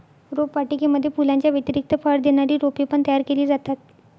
रोपवाटिकेमध्ये फुलांच्या व्यतिरिक्त फळ देणारी रोपे पण तयार केली जातात